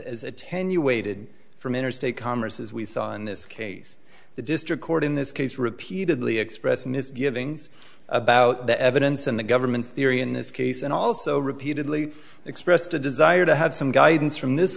as attenuated from interstate commerce as we saw in this case the district court in this case repeatedly expressed misgivings about the evidence and the government's theory in this case and also repeatedly expressed a desire to have some guidance from this